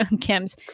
Kim's